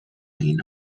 این